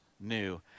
new